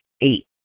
Eight